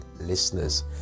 listeners